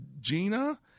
Gina